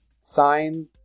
sign